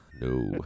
no